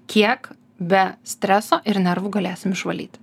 kiek be streso ir nervų galėsim išvalyti